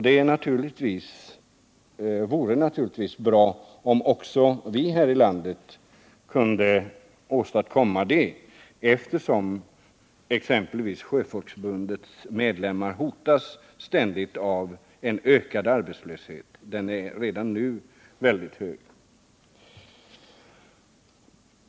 Det vore naturligtvis bra om också vi i vårt land kunde åstadkomma detta, eftersom exempelvis Sjöfolksförbundets medlemmar ständigt hotas av en ökad arbetslöshet. Den är redan nu mycket hög.